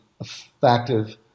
effective